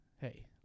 Hey